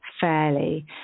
fairly